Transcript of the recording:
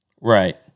right